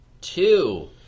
two